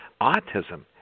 autism